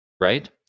right